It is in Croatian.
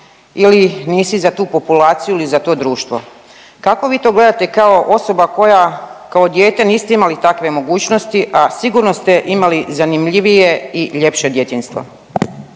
ili nisi za tu populaciju ili za to društvo. Kako vi to gledate kao osoba koja kao dijete niste imali takve mogućnosti, a sigurno ste imali zanimljivije i ljepše djetinjstvo?